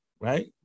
Right